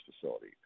facility